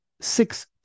six